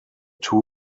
two